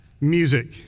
music